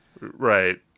right